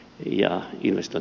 arvoisa puhemies